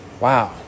Wow